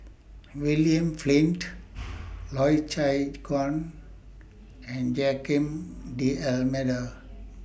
William Flint Loy Chye Chuan and Joaquim D'almeida